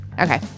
okay